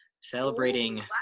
celebrating